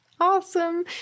Awesome